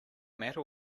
matter